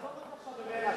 עזוב אותך עכשיו ממנה.